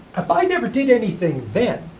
if i never did anything then,